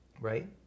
right